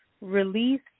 Release